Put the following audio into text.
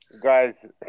Guys